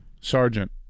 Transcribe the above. Sergeant